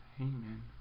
Amen